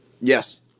Yes